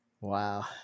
Wow